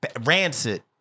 rancid